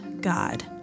God